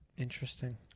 Interesting